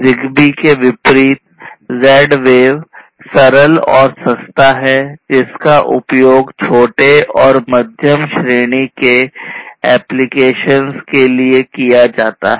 ZigBee के विपरीत Z wave सरल और सस्ता है जिसका उपयोग छोटे और मध्यम श्रेणी के अनुप्रयोगों के लिए किया जाता है